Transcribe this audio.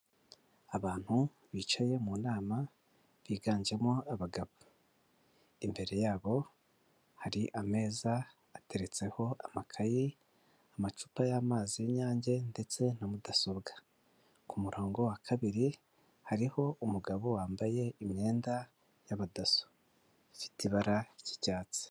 Abantu bicaye mu nama biganjemo abagabo, imbere yabo hari ameza ateretseho amakayi, amacupa y'amazi y'Inyange ndetse na mudasobwa, ku murongo wa kabiri hariho umugabo wambaye imyenda y'abadaso ifite ibara ry'icyatsi.